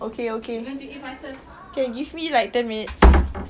okay okay we're going to eat faster okay give me like ten minutes